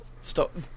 Stop